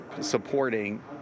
supporting